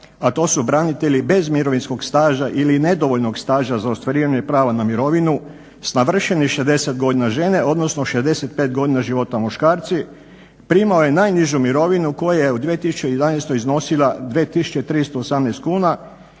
a to su branitelji bez mirovinskog staža ili nedovoljnog staža za ostvarivanje prava na mirovinu s navršenih 60 godina žene odnosno 65 godina života muškarci primao je najnižu mirovinu koja je u 2011. iznosila 2.318 kuna